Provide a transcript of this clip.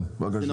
כן, בבקשה.